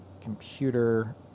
computer